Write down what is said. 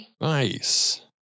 Nice